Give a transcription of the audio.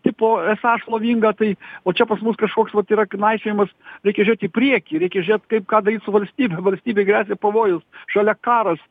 tipo esą šlovingą tai o čia pas mus kažkoks vat yra knaisiojimas reikia žiūrėt į priekį reikia žiūrėt kaip ką daryt su valstybe valstybei gresia pavojus šalia karas